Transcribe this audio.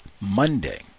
Monday